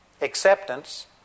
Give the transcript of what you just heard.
acceptance